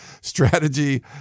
Strategy